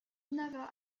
never